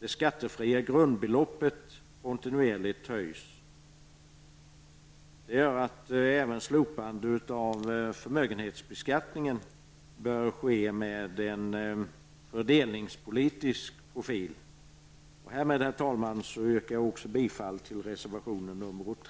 det skattefria grundbeloppet kontinuerligt höjs. Det gör att även slopandet av förmögenhetsbeskattningen bör ske med en fördelningspolitisk profil. Herr talman! Härmed yrkar jag även bifall till reservation nr 3.